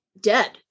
dead